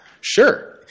Sure